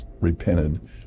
repented